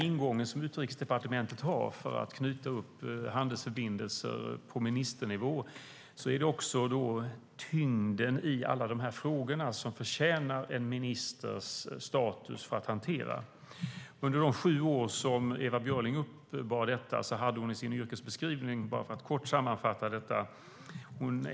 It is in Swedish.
Förutom att Utrikesdepartementet har kompetens att knyta upp handelsförbindelser på ministernivå förtjänar tyngden i alla de här frågorna en ministerstatus. Jag vill kort sammanfatta vad Ewa Björling hade i sin yrkesbeskrivning under sina sju år som minister.